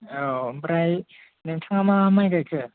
औ आमफ्राय नोंथाङा मा माइ गायखो